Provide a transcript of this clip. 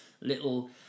little